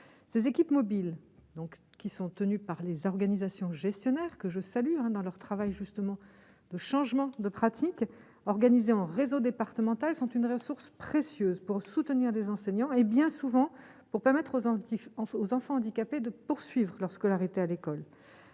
ces équipes mobiles, donc qui sont tenus par les organisations gestionnaires que je salue un dans leur travail justement, de changement de pratiques organisée en réseau départemental sont une ressource précieuse pour soutenir des enseignants et bien souvent, pour permettre aux Antilles en aux enfants handicapés de poursuivre lorsque l'arrêté à l'école